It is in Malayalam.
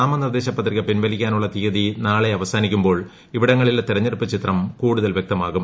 നാമനിർദ്ദേശപത്രിക പിൻവലിക്കാനുള്ള തീയതി ശ്രീനുളെ അവസാനിക്കുമ്പോൾ ഇവിടങ്ങളിലെ തെരഞ്ഞെടുപ്പ് ചീത്രം കൂടുതൽ വ്യക്തമാകും